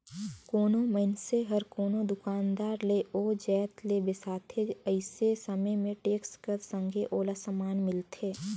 कोनो मइनसे हर कोनो दुकानदार ले ओ जाएत ल बेसाथे अइसे समे में टेक्स कर संघे ओला समान मिलथे